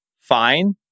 fine